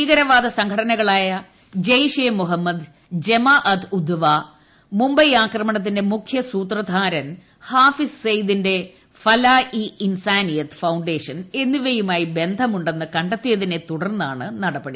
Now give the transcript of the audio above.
ഭീകരവാദ സംഘടനകളായ ജയ്ഷേ ഇ മുഹമ്മദ് ജമാ അത്ത് ഉദ്വ മുംബൈ ആക്രമണത്തിന്റെ മുഖ്യസൂത്രധാരൻ ഹാഫിസ് സയ്ദിന്റെ ഫലാ ഇ ഇൻസാനിയത് ഫൌണ്ടേഷൻ എന്നിവയുമായി ബന്ധമുണ്ടെന്ന് കണ്ടെത്തിയതിനെ തുടർന്നാണ് നടപടി